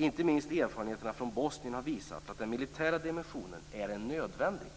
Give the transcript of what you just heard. Inte minst erfarenheterna från Bosnien har visat att den militära dimensionen är en nödvändig